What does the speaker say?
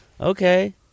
Okay